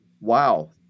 Wow